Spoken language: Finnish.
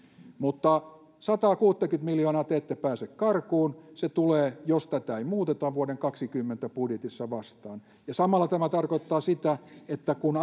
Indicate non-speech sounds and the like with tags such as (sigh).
sataakuuttakymmentä miljoonaa te ette pääse karkuun se tulee jos tätä ei muuteta vuoden kaksikymmentä budjetissa vastaan samalla tämä tarkoittaa sitä että kun (unintelligible)